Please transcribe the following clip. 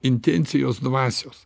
intencijos dvasios